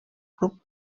club